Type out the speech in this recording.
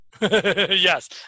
Yes